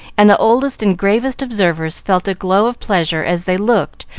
and the oldest and gravest observers felt a glow of pleasure as they looked,